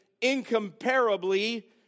incomparably